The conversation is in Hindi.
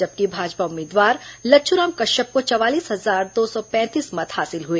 जबकि भाजपा उम्मीदवार लच्छूराम कश्यप को चवालीस हजार दो सौ पैंतीस मत हासिल हुए